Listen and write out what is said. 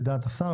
לדעת השר,